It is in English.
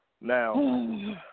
Now